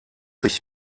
sich